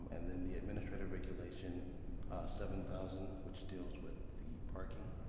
um and then the administrative regulation seven thousand, which deals with the parking.